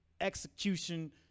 execution